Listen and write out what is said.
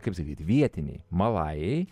kaip sakyti vietiniai malajai